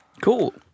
Cool